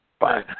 Bye